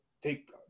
take